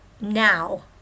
now